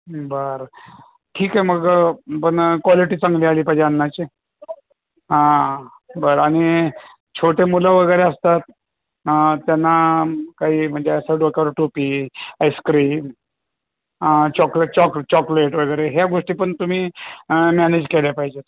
बरं ठीक आहे मग पण क्वालिटी चांगली आली पाहिजे अन्नाची हां बरं आणि छोटे मुलं वगैरे असतात त्यांना काही म्हणजे डोक्याकर टोपी आईस्क्रीम चॉकले चॉक चॉकलेट वगैरे ह्या गोष्टी पण तुम्ही मॅनेज केल्या पाहिजे आहेत